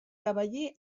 cavaller